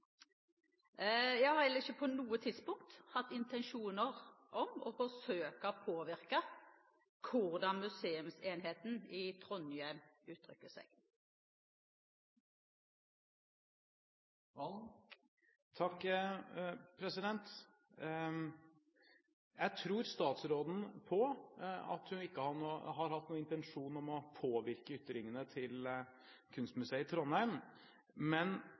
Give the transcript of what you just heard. Jeg har ikke på noe tidspunkt hatt intensjoner om å forsøke å påvirke hvordan museumsenheten i Trondheim uttrykker seg. Jeg tror statsråden på at hun ikke har hatt noen intensjon om å påvirke ytringene til kunstmuseet i Trondheim, men